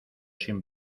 sin